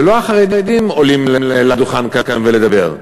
ולא החרדים עולים לדוכן כאן לדבר,